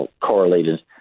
correlated